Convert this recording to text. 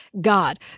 God